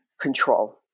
control